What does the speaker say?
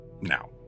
now